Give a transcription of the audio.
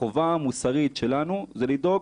החובה המוסרית שלנו זה לדאוג